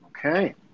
Okay